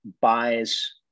buys